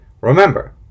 Remember